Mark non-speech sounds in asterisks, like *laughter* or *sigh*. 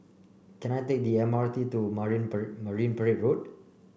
can I take the M R T to Marine *unintelligible* Marine Parade Road